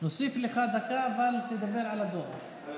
נוסיף לך דקה, אבל תדבר על הדואר.